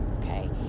Okay